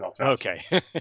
okay